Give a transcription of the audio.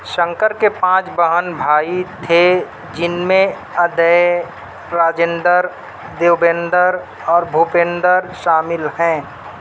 شنکر کے پانچ بہن بھائی تھے جن میں ادے راجندر دیبیندر اور بھوپیندر شامل ہیں